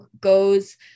goes